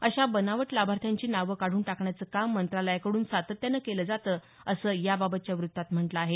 अशा बनावट लाभार्थ्यांची नावं काढून टाकण्याचं काम मंत्रालयाकडून सातत्यानं केलं जातं असं याबाबतच्या वृत्तात म्हटलं आहे